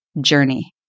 journey